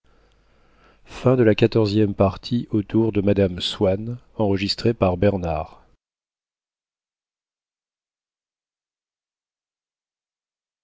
côté de mme swann